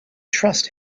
trust